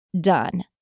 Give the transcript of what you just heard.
done